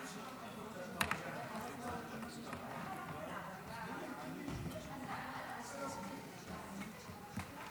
חבר הכנסת מיקי לוי,